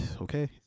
Okay